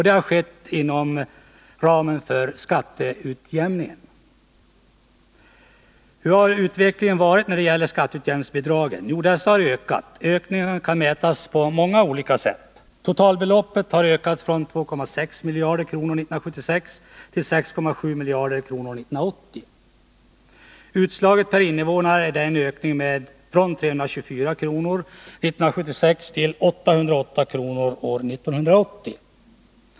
Det har skett inom ramen för skatteutjämningen. Hurdan har då utvecklingen varit när det gäller skatteutjämningsbidragen? Jo, dessa har ökat. Ökningen kan mätas på många sätt. Totalbeloppet har ökat från 2,6 miljarder kronor 1976 till 6,7 miljarder kronor 1980. Utslaget per invånare blir det en ökning från 324 kr. från 1976 till 808 kr. år 1980.